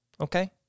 Okay